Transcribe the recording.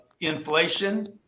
inflation